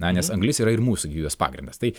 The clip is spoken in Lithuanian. na anglis yra ir mūsų gyvybės pagrindas tai